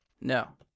No